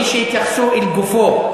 מי שהתייחסו לגופו,